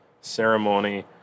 ceremony